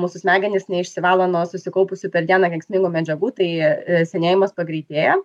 mūsų smegenys neišsivalo nuo susikaupusių per dieną kenksmingų medžiagų tai senėjimas pagreitėja